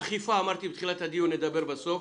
אכיפה אמרתי בתחילת הדיון שנדבר על כך בסוף,